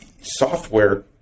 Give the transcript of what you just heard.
software